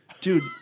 Dude